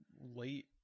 late